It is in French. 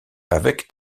avec